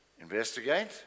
investigate